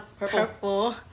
purple